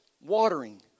Watering